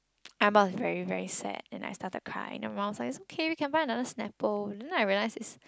I was very very sad and I started crying and my mom was like it's okay we can buy another snapple and then I realise it's